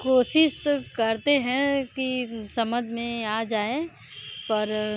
कोशिश तो करते हैं कि समझ में आ जाए पर